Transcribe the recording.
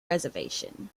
reservation